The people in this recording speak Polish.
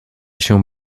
się